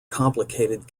complicated